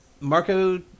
Marco